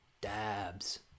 Dabs